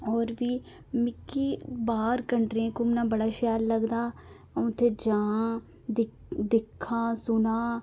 होर बी मिकी बाह्र कंट्रियें घूमना बड़ा शैल लगदा अऊं उत्थै जां दिक्खां सुनां